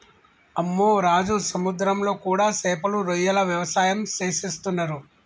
అమ్మె రాజు సముద్రంలో కూడా సేపలు రొయ్యల వ్యవసాయం సేసేస్తున్నరు